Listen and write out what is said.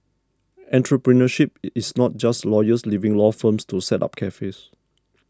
entrepreneurship is not just lawyers leaving law firms to set up cafes